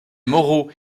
moraux